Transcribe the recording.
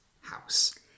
house